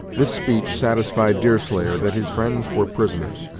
this speech satisfied deerslayer that his friends were prisoners,